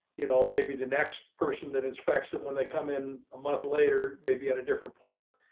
you know, maybe the next person that inspection when they come in a month later maybe at a different port,